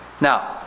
Now